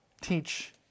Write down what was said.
teach